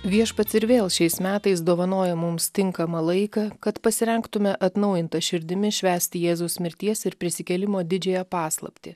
viešpats ir vėl šiais metais dovanojo mums tinkamą laiką kad pasirengtume atnaujinta širdimi švęsti jėzaus mirties ir prisikėlimo didžiąją paslaptį